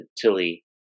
Tilly